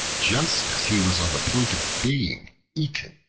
just as he was on the point of being eaten,